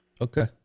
Okay